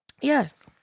Yes